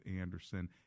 Anderson